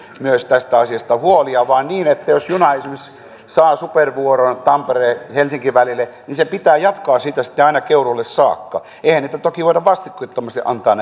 tästä asiasta myös huolia vaan niin että jos juna esimerkiksi saa supervuoron tampere helsinki välille niin sen pitää jatkaa siitä sitten aina keuruulle saakka eihän näitä vuoroja toki voida vastikkeettomasti antaa